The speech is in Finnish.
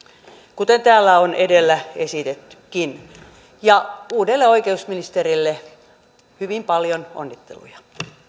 kuten täällä on edellä esitettykin uudelle oikeusministerille hyvin paljon onnitteluja